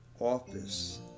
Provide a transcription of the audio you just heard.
Office